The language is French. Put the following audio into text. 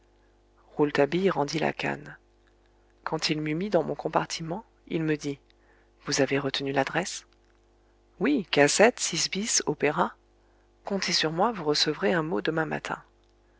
rouletabille rendit la canne quand il m'eut mis dans mon compartiment il me dit vous avez retenu ladresse ui assette bis opéra comptez sur moi vous recevrez un mot demain matin